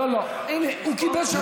לא, הינה, הוא קיבל שלוש דקות.